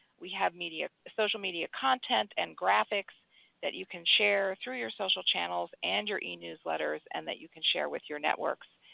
we have social media content and graphics that you can share through your social channels and your enewsletters and that you can share with your networks.